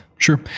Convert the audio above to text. Sure